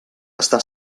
està